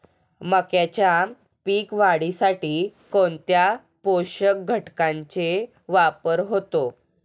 मक्याच्या पीक वाढीसाठी कोणत्या पोषक घटकांचे वापर होतो?